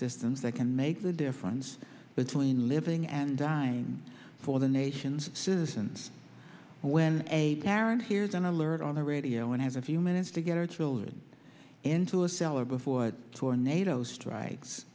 systems that can make the difference between living and dying for the nation's citizens when a parent here's an alert on the radio and have a few minutes to get our children into a cellar before the tornado strikes